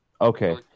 Okay